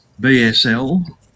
BSL